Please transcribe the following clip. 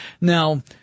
Now